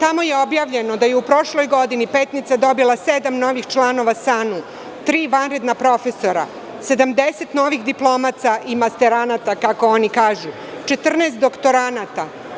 Tamo je objavljeno da je u prošloj godini Petnica dobila sedam novih članova SANU, tri vanredna profesora, 70 novih diplomaca i masteranata, kako oni kažu, kao i 14 doktoranata.